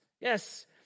Yes